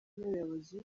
n’ubuyobozi